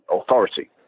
authority